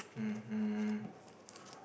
mmhmm